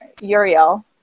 Uriel